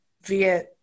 via